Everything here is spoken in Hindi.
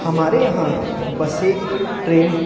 हमारे यहाँ बसे ट्रेन